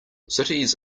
cities